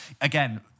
again